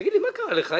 תגיד לי, מה קרה לך.